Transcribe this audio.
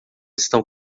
estão